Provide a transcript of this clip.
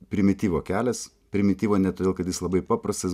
primityvo kelias primityvo ne todėl kad jis labai paprastas